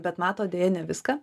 bet mato deja ne viską